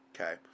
Okay